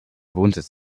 wohnsitz